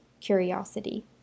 curiosity